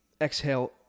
exhale